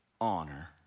honor